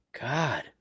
God